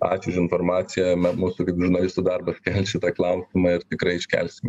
ačiū už informaciją me mūsų kaip žurnalistų darbas šitą klausimą ir tikrai iškelsim